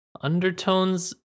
undertones